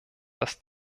das